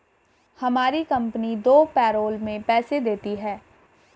हमारी कंपनी दो पैरोल में पैसे देती है